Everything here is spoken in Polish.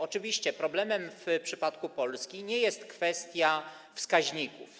Oczywiście problemem w przypadku Polski nie jest kwestia wskaźników.